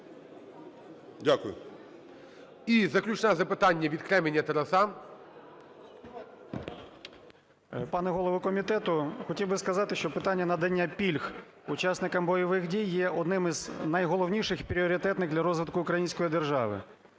І заключне запитання від Креміня Тараса. 16:14:04 КРЕМІНЬ Т.Д. Пане голово комітету, хотів би сказати, що питання надання пільг учасникам бойових дій є одним із найголовніших і пріоритетних для розвитку української держави.